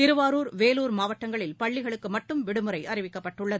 திருவாரூர் மாவட்டத்தில் பள்ளிகளுக்கு மட்டும் விடுமுறை அறிவிக்கப்பட்டுள்ளது